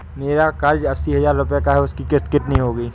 मेरा कर्ज अस्सी हज़ार रुपये का है उसकी किश्त कितनी होगी?